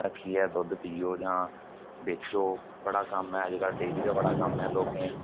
रक्खियै दुद्ध पियो जां बेचो बड़ा कम्म ऐ अज्जकल डेयरी दा बड़ा कम्म ऐ लोकें गी